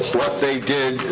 what they did,